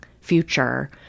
future